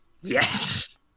Yes